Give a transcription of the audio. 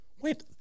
Wait